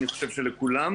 ואני חושב שלכולן,